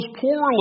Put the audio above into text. poorly